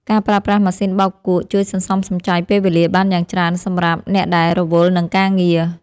ការប្រើប្រាស់ម៉ាស៊ីនបោកគក់ជួយសន្សំសំចៃពេលវេលាបានយ៉ាងច្រើនសម្រាប់អ្នកដែលរវល់នឹងការងារ។